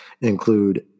include